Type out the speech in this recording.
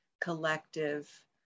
collective